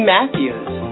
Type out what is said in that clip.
Matthews